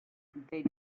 they